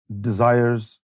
desires